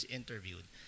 interviewed